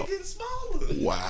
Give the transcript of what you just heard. Wow